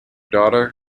daughter